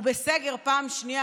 ובסגר פעם שנייה,